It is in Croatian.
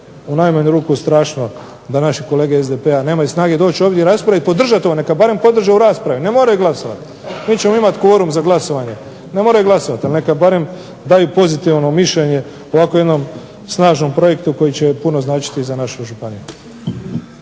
u najmanju ruku strašno da naših kolega nemaju snage doći ovdje i raspraviti, podržati ovo. Neka barem podrže u raspravi, ne moraju glasovati. Mi ćemo imati kvorum za glasovanje, ne moraju glasati, ali barem daju pozitivno mišljenje o ovakvom jednom pozitivnom projektu koji će puno značiti za našu županiju.